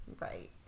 right